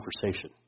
conversation